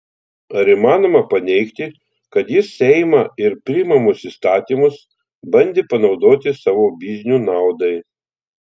ar įmanoma paneigti kad jis seimą ir priimamus įstatymus bandė panaudoti savo biznių naudai